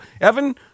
Evan